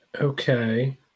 Okay